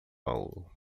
algo